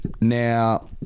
Now